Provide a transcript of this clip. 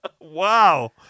Wow